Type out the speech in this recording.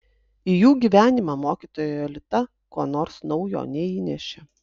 į jų gyvenimą mokytoja jolita ko nors naujo neįnešė